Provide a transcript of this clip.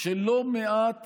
של לא מעט